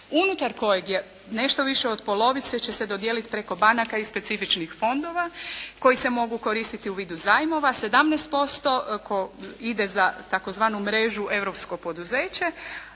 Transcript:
unutar kojeg je nešto više od polovice će se dodijeliti preko banaka i specifičnih fondova koji se mogu koristiti u vidu zajmova. 17% idu za tzv. mrežu europsko poduzeće